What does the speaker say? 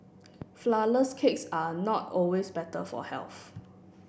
Flourless cakes are not always better for health